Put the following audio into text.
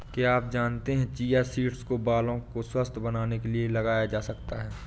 क्या आप जानते है चिया सीड्स को बालों को स्वस्थ्य बनाने के लिए लगाया जा सकता है?